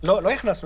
וזה גם יצמצם